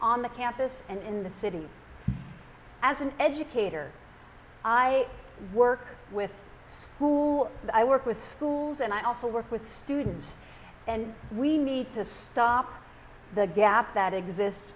on the campus and in the city as an educator i work with who i work with schools and i also work with students and we need to stop the gap that exists